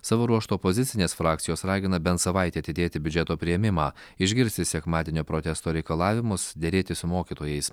savo ruožtu opozicinės frakcijos ragina bent savaitei atidėti biudžeto priėmimą išgirsti sekmadienio protesto reikalavimus derėtis su mokytojais